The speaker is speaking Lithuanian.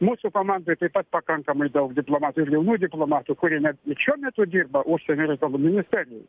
mūsų komandoj taip pat pakankamai daug diplomatų ir jaunų diplomatų kurie netgi šiuo metu dirba užsienio reikalų ministerijoj